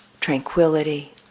tranquility